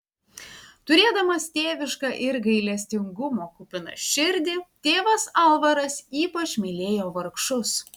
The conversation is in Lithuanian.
turėdamas tėvišką ir gailestingumo kupiną širdį tėvas alvaras ypač mylėjo vargšus